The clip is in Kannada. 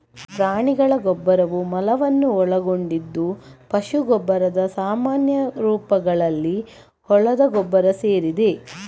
ಪ್ರಾಣಿಗಳ ಗೊಬ್ಬರವು ಮಲವನ್ನು ಒಳಗೊಂಡಿದ್ದು ಪಶು ಗೊಬ್ಬರದ ಸಾಮಾನ್ಯ ರೂಪಗಳಲ್ಲಿ ಹೊಲದ ಗೊಬ್ಬರ ಸೇರಿದೆ